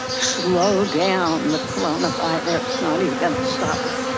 slow down and the coronavirus, not even stop it.